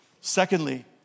Secondly